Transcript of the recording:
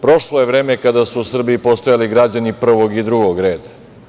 Prošlo je vreme kada su u Srbiji postojali građani prvog i drugog reda.